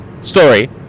story